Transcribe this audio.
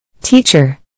Teacher